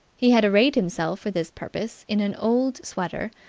he had arrayed himself for this purpose in an old sweater,